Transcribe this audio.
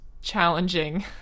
challenging